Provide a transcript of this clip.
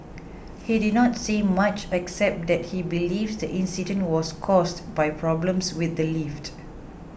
he did not say much except that he believes the incident was caused by problems with the lift